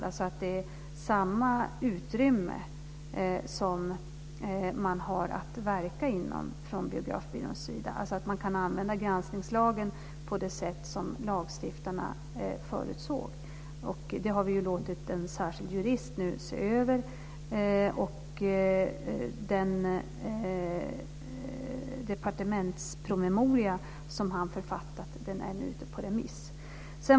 Det är alltså samma utrymme som man har att verka inom från Biografbyråns sida. Man kan alltså använda granskningslagen på det sätt som lagstiftaren förutsåg. Vi har låtit en särskild jurist se över detta. Den departementspromemoria som han har författat är ute på remiss.